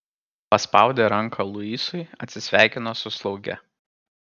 paspaudė ranką luisui atsisveikino su slauge